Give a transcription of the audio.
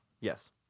yes